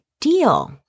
deal